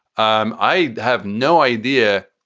um i have no idea.